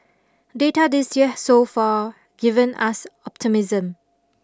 data this year has so far given us optimism